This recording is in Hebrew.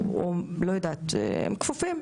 הם כפופים.